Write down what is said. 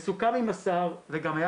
וסוכם עם השר, זה גם היה